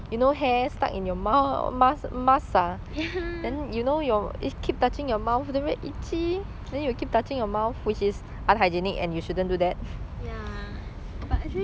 ya but actually cause err I feel a lot of people